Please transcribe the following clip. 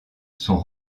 sont